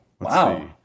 Wow